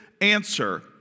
answer